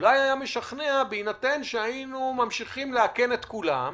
שאולי היה משכנע אם היינו ממשיכיים לאכן את כולם,